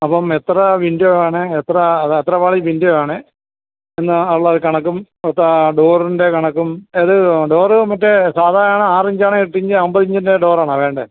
അപ്പം എത്ര വിൻറ്റോ ആണ് എത്ര അത് എത്ര പാളി വിൻറ്റോ ആണ് എന്ന് ഉള്ള ഒരു കണക്കും മൊത്ത ആ ഡോറിൻ്റെ കണക്കും അത് ഡോറ് മറ്റേ സാധാ ആണോ ആറ് ഇഞ്ചാണോ എട്ട് ഇഞ്ച് ഒമ്പത് ഇഞ്ചിൻ്റെ ഡോറാണോ വേണ്ടേ